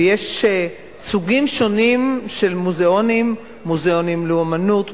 ויש סוגים שונים של מוזיאונים: מוזיאונים לאמנות,